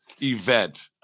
event